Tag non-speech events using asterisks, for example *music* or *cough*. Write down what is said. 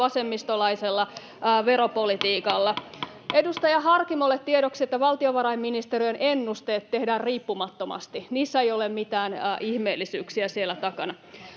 vasemmistolaisella veropolitiikalla. *noise* Edustaja Harkimolle tiedoksi, että valtiovarainministeriön ennusteet tehdään riippumattomasti. Niissä ei ole mitään ihmeellisyyksiä siellä takana.